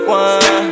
one